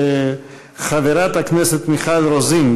חברת הכנסת מיכל רוזין,